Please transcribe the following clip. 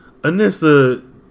Anissa